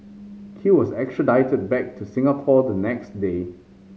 he was extradited back to Singapore the next day